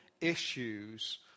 issues